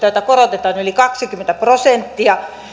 joita korotetaan yli kaksikymmentä prosenttia